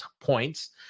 points